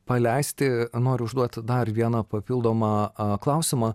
paleisti noriu užduoti dar vieną papildomą a klausimą